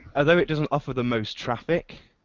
although it doesn't offer the most traffic,